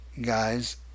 guys